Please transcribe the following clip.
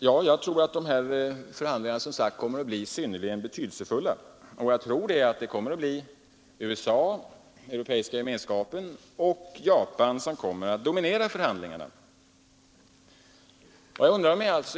Jag tror, som sagt, att dessa valutaförhandlingar kommer att bli synnerligen betydelsefulla och att USA, europeiska gemenskapen och Japan kommer att dominera dem.